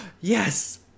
yes